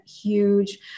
huge